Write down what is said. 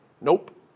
Nope